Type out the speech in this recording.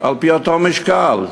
על-פי אותו משקל,